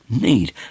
need